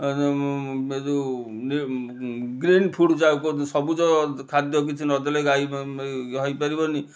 ଯେଉଁ green food ଯାହାକୁ କୁହନ୍ତି ସବୁଜ ଖାଦ୍ୟ କିଛି ନ ଦେଲେ ଗାଈ ହୋଇପାରିବନି